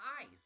eyes